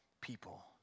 people